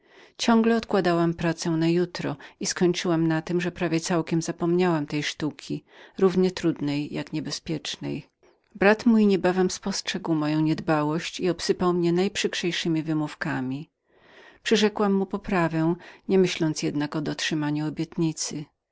dnia odkładałam pracę na jutro i skończyłam na tem że całkiem zapomniałam tej sztuki równie trudnej jak niebezpiecznej brat mój niebawem postrzegł moją opieszałość i obarczył mnie najprzykrzejszemi wymówkami przyrzekłam mu poprawę nie myśląc jednak o dotrzymaniu obietnicy